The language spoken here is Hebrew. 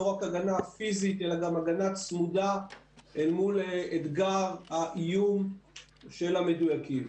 לא רק הגנה פיזית אלא גם הגנה צמודה אל מול אתגר האיום של המדויקים.